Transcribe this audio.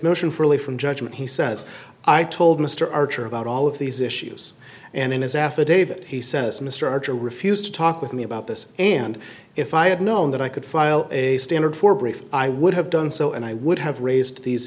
motion for lee from judgment he says i told mr archer about all of these issues and in his affidavit he says mr archer refused to talk with me about this and if i had known that i could file a standard for brief i would have done so and i would have raised these